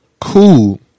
Cool